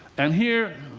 and here,